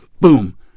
boom